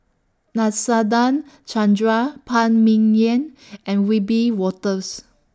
Nadasen Chandra Phan Ming Yen and Wiebe Wolters